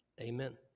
Amen